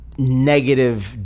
Negative